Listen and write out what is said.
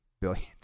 billion